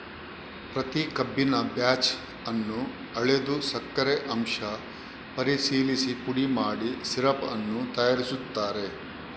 ಪ್ರತಿ ಕಬ್ಬಿನ ಬ್ಯಾಚ್ ಅನ್ನು ಅಳೆದು ಸಕ್ಕರೆ ಅಂಶ ಪರಿಶೀಲಿಸಿ ಪುಡಿ ಮಾಡಿ ಸಿರಪ್ ಅನ್ನು ತಯಾರಿಸುತ್ತಾರೆ